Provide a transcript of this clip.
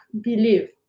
Believe